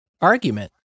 argument